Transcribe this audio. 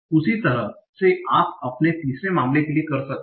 उसी तरह से आप अपने तीसरे मामले के लिए कर सकते हैं